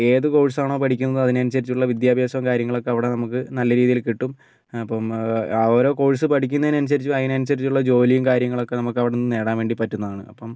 ഏത് കോഴ്സാണോ പഠിക്കുന്നത് അതിനനുസരിച്ചുള്ള വിദ്യാഭ്യാസവും കാര്യങ്ങളൊക്കെ അവിടെ നമുക്ക് നല്ല രീതിയില് കിട്ടും ആ അപ്പം ആ ഓരോ കോഴ്സ് പഠിക്കുന്നതിനു അനുസരിച്ച് അയിന് അനുസരിച്ചുള്ള ജോലിയും കാര്യങ്ങളൊക്കെ നമുക്ക് അവിടുന്ന് നേടാൻ വേണ്ടി പറ്റുന്നതാണ് അപ്പം